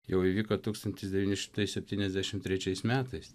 jau įvyko tūkstantis devyni šimtai septyniadešim trečiais metais